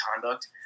conduct